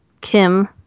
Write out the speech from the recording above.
Kim